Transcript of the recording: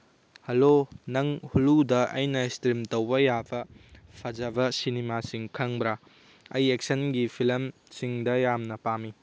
hello ꯅꯪ ꯍꯨꯂꯨꯗ ꯑꯩꯅ ꯏꯁꯇ꯭ꯔꯤꯝ ꯇꯧꯕ ꯌꯥꯕ ꯐꯖꯕ ꯁꯤꯅꯤꯃꯥꯁꯤꯡ ꯈꯪꯕ꯭ꯔꯥ ꯑꯩ ꯑꯦꯛꯁꯟꯒꯤ ꯐꯤꯂꯝꯁꯤꯡꯗ ꯌꯥꯝꯅ ꯄꯥꯝꯃꯤ